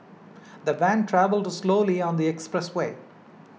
the van travelled slowly on the expressway